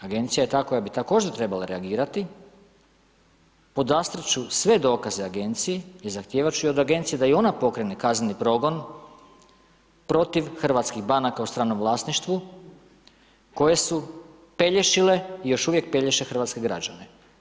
Agencija je ta koja bi također trebala reagirati, podastrt ću sve dokaze agenciji i zahtijevati ću i od agencije da i ona pokrene kazneni progon protiv hrvatskih banaka u stranom vlasništvu koje su pelješile i još uvijek pelješe hrvatske građane.